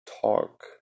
talk